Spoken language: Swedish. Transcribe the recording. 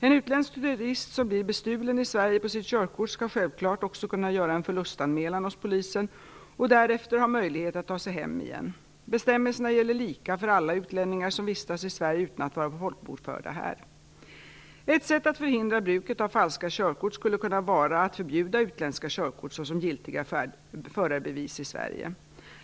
En utländsk turist som blir bestulen i Sverige på sitt körkort skall självklart också kunna göra en förlustanmälan hos polisen och därefter ha möjlighet att ta sig hem igen. Bestämmelserna gäller lika för alla utlänningar som vistas i Sverige utan att vara folkbokförda här. Ett sätt att förhindra bruket av falska körkort skulle kunna vara att förbjuda utländska körkort såsom giltiga förarbevis i Sverige.